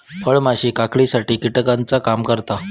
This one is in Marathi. फळमाशी काकडीसाठी कीटकाचा काम करता